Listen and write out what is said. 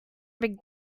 big